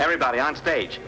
everybody on stage